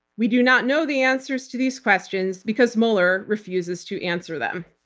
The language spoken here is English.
we do not know the answers to these questions because mueller refuses to answer them.